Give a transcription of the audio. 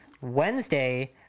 Wednesday